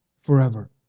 forever